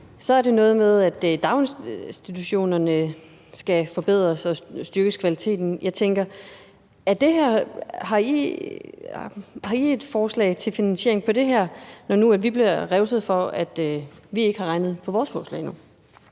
så er det noget med, at kvaliteten i daginstitutionerne skal forbedres og styrkes. Jeg tænker på, om I har et forslag til finansiering på det her område, når nu vi bliver revset for, at vi ikke har regnet på vores forslag endnu.